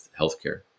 healthcare